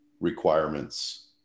requirements